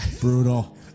Brutal